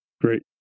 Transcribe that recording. Great